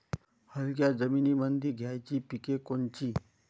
हलक्या जमीनीमंदी घ्यायची पिके कोनची?